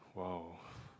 wow